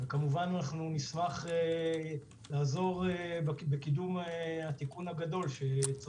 וכמובן שנשמח לעזור בקידום התיקון הגדול שצריך לעשות.